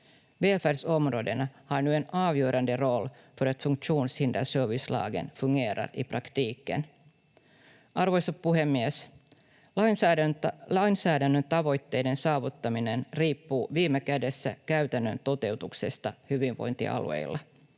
Välfärdsområdena har nu en avgörande roll för att funktionshinderservicelagen fungerar i praktiken. Arvoisa puhemies! Lainsäädännön tavoitteiden saavuttaminen riippuu viime kädessä käytännön toteutuksesta hyvinvointialueilla